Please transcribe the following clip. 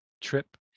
trip